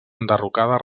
enderrocada